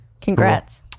Congrats